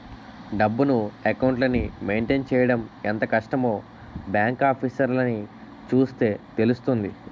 డబ్బును, అకౌంట్లని మెయింటైన్ చెయ్యడం ఎంత కష్టమో బాంకు ఆఫీసర్లని చూస్తే తెలుస్తుంది